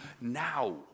now